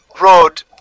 road